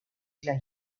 las